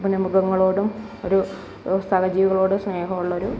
പിന്നെ മൃഗങ്ങളോടും ഒരു സഹജീവികളോടും സ്നേഹമുള്ളൊരു